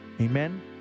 Amen